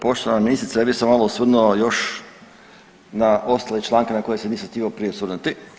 Poštovana ministrice, ja bih se malo osvrnuo još na ostale članke na koje se nisam htio prije osvrnuti.